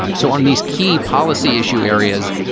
um so on these key policy issue areas,